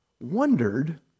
wondered